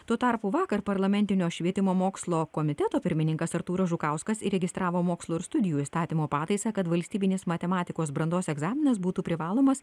tuo tarpu vakar parlamentinio švietimo mokslo komiteto pirmininkas artūras žukauskas įregistravo mokslo ir studijų įstatymo pataisą kad valstybinis matematikos brandos egzaminas būtų privalomas